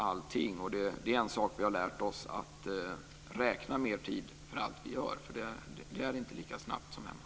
En sak som vi har lärt oss är att räkna med tid för allt vi gör, för det går inte lika snabbt som hemma.